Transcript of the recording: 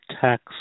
tax